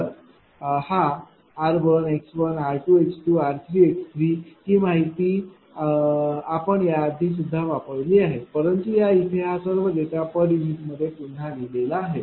तर हा r x r x r x ही माहिती आपण या आधी सुद्धा वापरली आहे परंतु या इथे हा सर्व डेटा पर युनिटमध्ये पुन्हा लिहिलेला आहे